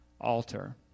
altar